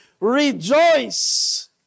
rejoice